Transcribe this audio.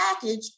package